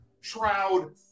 shroud